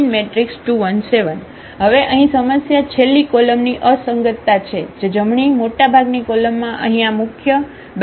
2 1 7 હવે અહીં સમસ્યા છેલ્લી ક કોલમ ની અસંગતતા છે જમણી મોટા ભાગની કોલમમાં અહીં આ મુખ્ય 12 ભાગ છે જેમાં ન થવું જોઈએ